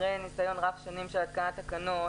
אחרי ניסיון רב-שנים של התקנת תקנות,